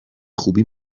خوبی